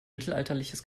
mittelalterliches